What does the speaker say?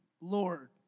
Lord